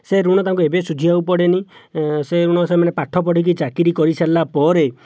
ସେ ଋଣ ତାଙ୍କୁ ଏବେ ସୁଝିବାକୁ ପଡ଼େନି ସେ ଋଣ ସେମାନେ ପାଠପଢ଼ିକି ଚାକିରି କରିସାରିଲା ପରେ